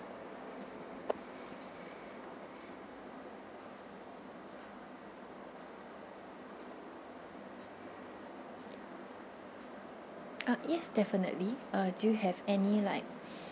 um yes definitely do you have any like